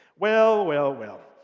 well, well, well.